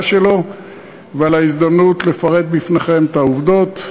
שלו ועל ההזדמנות לפרט בפניכם את העובדות.